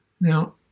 Now